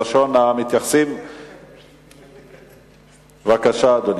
ראשון המתייחסים, בבקשה, אדוני.